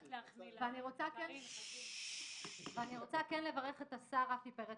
אני רוצה כן לברך את השר רפי פרץ,